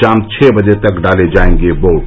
शाम छः बजे तक डाले जायेंगे वोट